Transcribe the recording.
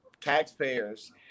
taxpayers